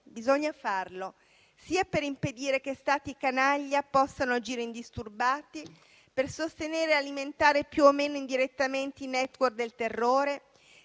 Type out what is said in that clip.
Bisogna farlo sia per impedire che Stati canaglia possano agire indisturbati per sostenere e alimentare più o meno indirettamente i *network* del terrore,